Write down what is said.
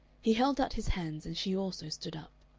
he held out his hands, and she also stood up.